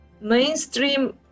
mainstream